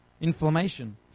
Inflammation